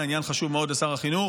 העניין חשוב מאוד לשר החינוך.